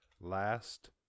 last